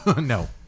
No